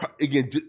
again